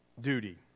duty